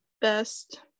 Best